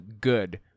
good